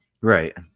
Right